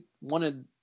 wanted